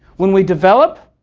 when we develop,